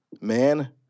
man